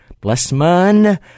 Blessman